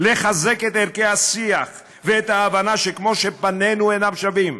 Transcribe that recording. לחזק את ערכי השיח ואת ההבנה שכמו שפנינו אינם שווים,